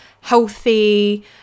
healthy